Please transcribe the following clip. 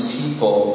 people